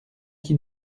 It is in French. qui